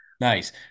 Nice